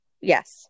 Yes